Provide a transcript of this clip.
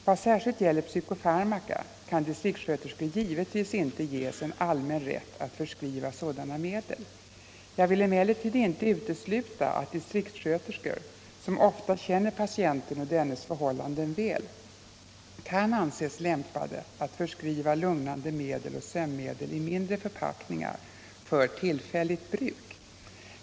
Vad särskilt gäller psykofarmaka kan distriktssköterskor givetvis inte ges en allmän rätt att förskriva sådana medel. Jag vill emellertid inte utesluta att distriktssköterskor — som ofta känner patienten och dennes förhållanden väl — kan anses lämpade att förskriva lugnande medel och sömnmedel i mindre förpackningar för tillfälligt bruk.